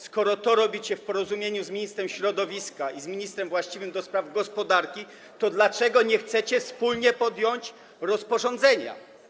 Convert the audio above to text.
Skoro to robicie w porozumieniu z ministrem środowiska i z ministrem właściwym do spraw gospodarki, to dlaczego nie chcecie wspólnie podjąć pracy nad rozporządzeniem?